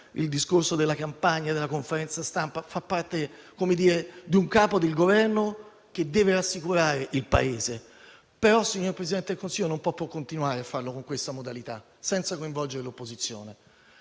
il discorso della campagna e della conferenza stampa, perché fa parte dell'attività di un capo del Governo che deve rassicurare il Paese, però, signor Presidente del Consiglio, non può continuare a farlo con questa modalità, senza coinvolgere l'opposizione.